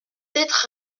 être